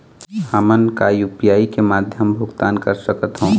हमन का यू.पी.आई के माध्यम भुगतान कर सकथों?